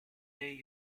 they